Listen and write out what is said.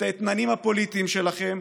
את האתננים הפוליטיים שלכם,